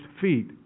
feet